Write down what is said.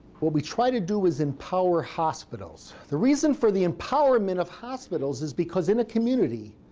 what we try to do is empower hospitals. the reason for the empowerment of hospitals is because in a community